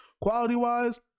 quality-wise